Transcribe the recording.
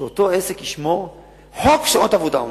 שאותו עסק ישמור חוק שעות עבודה,